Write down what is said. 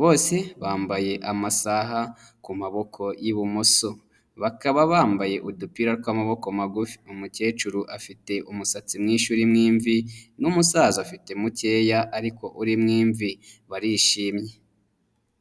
bose bambaye amasaha ku maboko y'ibumoso, bakaba bambaye udupira tw'amaboko magufi umukecuru afite umusatsi mwinshi urimo imvi n'umusaza afite mukeya ariko urimo imvi barishimye.